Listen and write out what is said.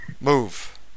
Move